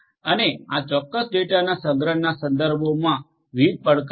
અને આ ચોક્કસ ડેટાના સંગ્રહના સંદર્ભમાં વિવિધ પડકારો